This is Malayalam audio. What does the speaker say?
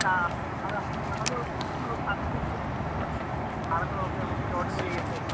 ആ അളന്ന് നോക്കി നമുക്ക് ടോട്ടല് ചെയ്യേണ്ടേ